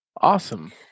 Awesome